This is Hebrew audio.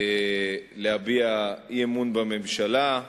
להביע אי-אמון בממשלה,